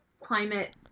Climate